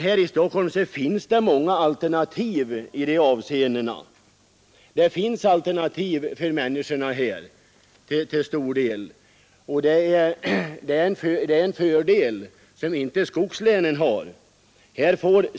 Här i Stockholm finns det många alternativ i dessa avseenden för människorna. Det är en fördel som inte skogslänen har.